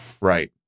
Right